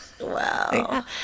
Wow